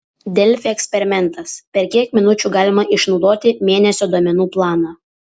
delfi eksperimentas per kiek minučių galima išnaudoti mėnesio duomenų planą